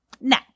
Now